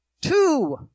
two